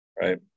right